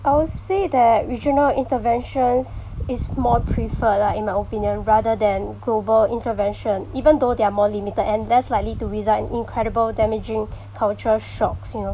I would say that regional interventions is more preferred lah in my opinion rather than global intervention even though they're more limited and less likely to result in incredible damaging culture shocks you know